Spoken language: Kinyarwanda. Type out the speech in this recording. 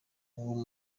uwo